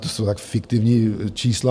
To jsou tak fiktivní čísla!